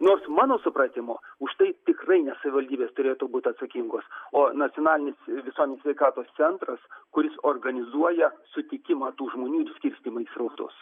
nors mano supratimu už tai tikrai ne savivaldybės turėtų būt atsakingos o nacionalinis visuomenės sveikatos centras kuris organizuoja sutikimą tų žmonių ir skirstymą į srautus